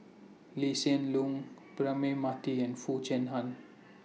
Lee Hsien Loong Braema Mathi and Foo Chee Han